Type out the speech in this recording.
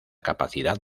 capacidad